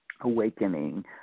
awakening